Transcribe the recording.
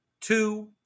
two